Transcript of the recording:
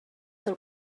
del